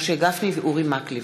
משה גפני ואורי מקלב.